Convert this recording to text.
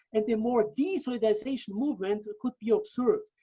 and the more destabilization movement could be observed.